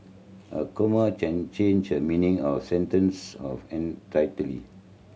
a comma can change the meaning of a sentence of